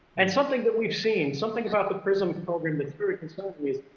and something that we've seen, something about the prism program that's very concerning to me is,